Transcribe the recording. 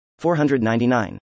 499